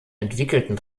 entwickelten